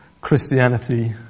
Christianity